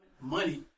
money